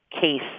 case